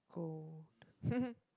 go